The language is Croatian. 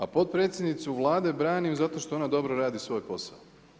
A potpredsjednicu Vlade branim, zato što ona dobro radi svoj posao.